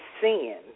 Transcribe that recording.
sin